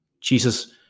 Jesus